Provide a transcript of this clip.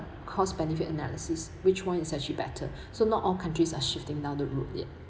cost benefit analysis which one is actually better so not all countries are shifting down the route yet